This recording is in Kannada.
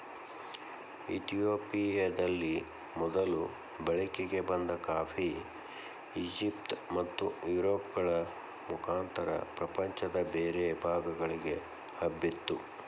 ಇತಿಯೋಪಿಯದಲ್ಲಿ ಮೊದಲು ಬಳಕೆಗೆ ಬಂದ ಕಾಫಿ, ಈಜಿಪ್ಟ್ ಮತ್ತುಯುರೋಪ್ಗಳ ಮುಖಾಂತರ ಪ್ರಪಂಚದ ಬೇರೆ ಭಾಗಗಳಿಗೆ ಹಬ್ಬಿತು